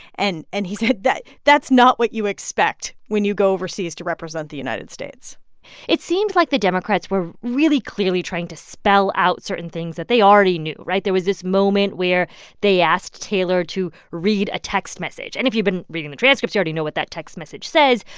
and and he said that's not what you expect when you go overseas to represent the united states it seems like the democrats were really clearly trying to spell out certain things that they already knew, right? there was this moment where they asked taylor to read a text message. and if you've been reading the transcripts, you already know what that text message says.